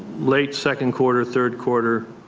late second quarter third quarter.